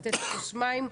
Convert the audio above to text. לתת כוס מים.